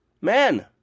Men